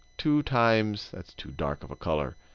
two times that's too dark of a color.